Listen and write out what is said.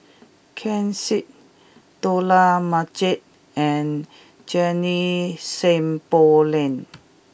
Ken Seet Dollah Majid and Junie Sng Poh Leng